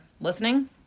listening